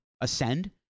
ascend